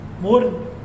more